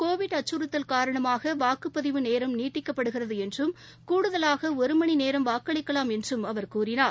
Covid அச்சுறுத்தல் காரணமாக வாக்குப்பதிவு நேரம் நீட்டிக்கப்படுகிறது என்றும் கூடுதலாக ஒருமணிநேரம் வாக்களிக்கலாம் என்றும் அவர் கூறினார்